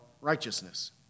righteousness